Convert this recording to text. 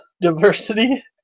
diversity